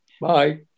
Bye